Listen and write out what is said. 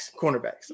cornerbacks